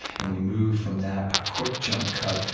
and we move from that, a quick jump cut,